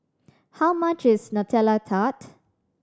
how much is Nutella Tart